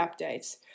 updates